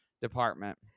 department